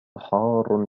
حار